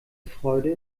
freude